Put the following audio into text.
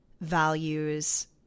values